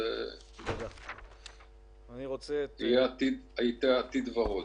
אז יהיה עתיד ורוד.